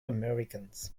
americans